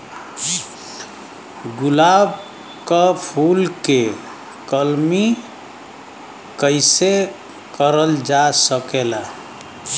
गुलाब क फूल के कलमी कैसे करल जा सकेला?